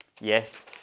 Yes